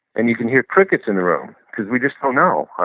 and you can hear crickets in the room because we just don't know.